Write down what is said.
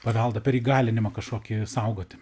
paveldą per įgalinimą kažkokį saugoti